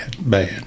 bad